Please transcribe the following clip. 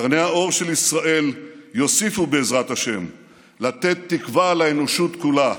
קרני האור של ישראל יוסיפו בעזרת השם לתת תקווה לאנושות כולה,